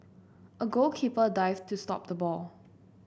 a goalkeeper dived to stop the ball